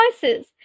choices